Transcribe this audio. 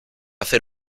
hacer